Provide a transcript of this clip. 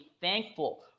thankful